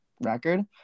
record